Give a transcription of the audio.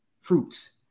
fruits